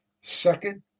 Second